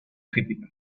crítica